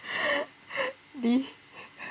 你